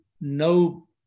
no